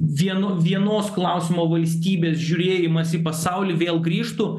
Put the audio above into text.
vienu vienos klausimo valstybės žiūrėjimas į pasaulį vėl grįžtų